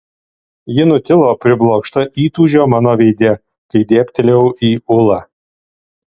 ji nutilo priblokšta įtūžio mano veide kai dėbtelėjau į ulą